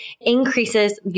increases